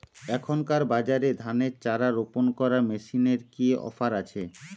এখনকার বাজারে ধানের চারা রোপন করা মেশিনের কি অফার আছে?